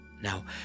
Now